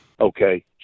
Okay